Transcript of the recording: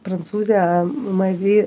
prancūzę mari